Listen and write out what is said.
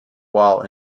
wall